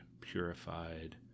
purified